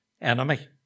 enemy